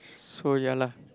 so yeah lah